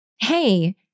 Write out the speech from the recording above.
Hey